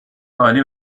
عالی